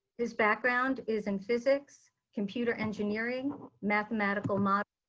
his background is in physics, computer engineering, mathematical modeling,